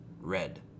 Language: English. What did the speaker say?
red